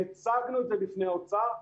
והצגנו את זה לפני האוצר.